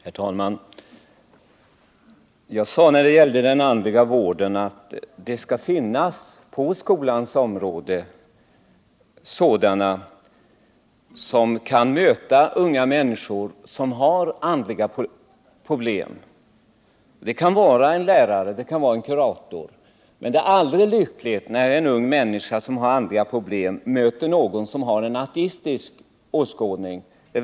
Herr talman! Beträffande den andliga vården sade jag att det på skolans område bör finnas sådana som kan möta ungdomar som har andliga problem. Det kan vara en lärare eller en kurator. Men det är aldrig lyckligt när en ung människa som har andliga problem möter någon som har en ateistisk åskådning.